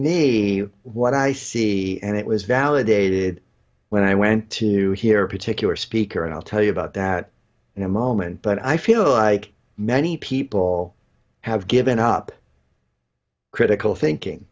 me what i see and it was validated when i went to hear a particular speaker and i'll tell you about that in a moment but i feel like many people have given up critical thinking